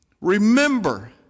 remember